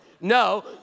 No